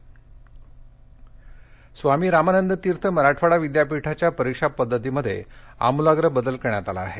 परीक्षा स्वामी रामानंद तीर्थ मराठवाडा विद्यापीठाच्या परीक्षा पद्धतीमध्ये आमूलाग्र बदल करण्यात आला आहे